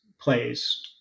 plays